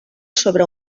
sobre